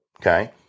okay